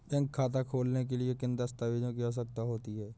Bank खाता खोलने के लिए किन दस्तावेजों की आवश्यकता होती है?